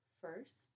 first